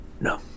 No